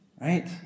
right